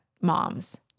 moms –